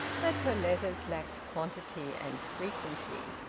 that her letters lacked quantity and frequency.